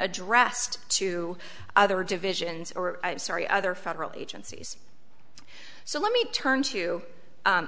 addressed to other divisions or i'm sorry other federal agencies so let me turn to